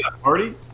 party